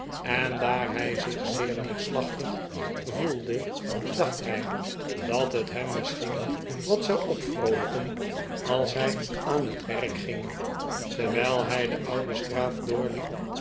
en daar hij zich zeer neerslachtig voelde dacht hij dat het hem misschien wat zou opvroolijken als hij aan het werk ging terwijl hij de oude straat doorliep